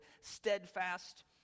steadfast